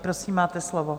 Prosím, máte slovo.